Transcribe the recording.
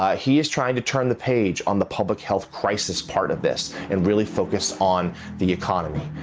ah he is trying to turn the page on the public health crisis part of this and really focus on the economy.